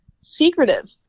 secretive